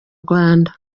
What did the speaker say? rwanda